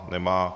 Nemá.